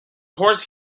horse